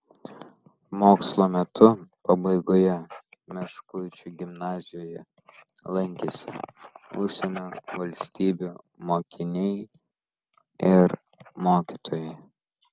mokslo metų pabaigoje meškuičių gimnazijoje lankėsi užsienio valstybių mokiniai ir mokytojai